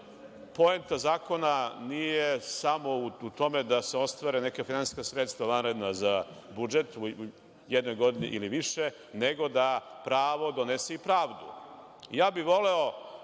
Poenta zakona nije samo u tome da se ostvare neka finansijska sredstva vanredna za budžet u jednoj godini ili više, nego da pravo donese i pravdu. Voleo bih kolega